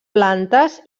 plantes